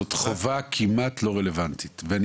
זאת חובה כמעט לא רלוונטית ואני